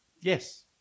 Yes